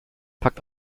packt